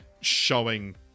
showing